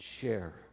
share